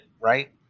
right